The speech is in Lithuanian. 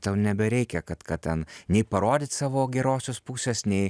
tau nebereikia kad kad ten nei parodyt savo gerosios pusės nei